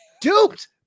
duped